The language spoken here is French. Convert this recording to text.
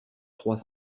trois